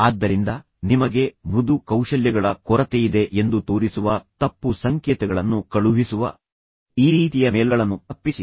ಆದ್ದರಿಂದ ನಿಮಗೆ ಮೃದು ಕೌಶಲ್ಯಗಳ ಕೊರತೆಯಿದೆ ಎಂದು ತೋರಿಸುವ ತಪ್ಪು ಸಂಕೇತಗಳನ್ನು ಕಳುಹಿಸುವ ಈ ರೀತಿಯ ಮೇಲ್ಗಳನ್ನು ತಪ್ಪಿಸಿ